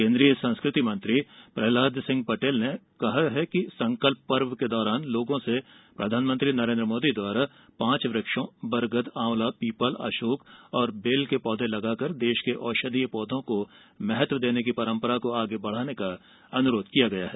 केन्द्रीय संस्कृति मंत्री प्रहलाद सिंह पटेल ने कहा है कि संकल्प पर्व के दौरान लोगों से प्रधानमंत्री नरेन्द्र मोदी द्वारा पांच वृक्षों बरगद आंवला पीपल अशोक और बेल के पौधे लगाकर देश के औषधीय पौधों को महत्व देने की परम्परा को आगे बढ़ाने का अनुरोध किया गया है